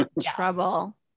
Trouble